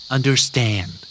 Understand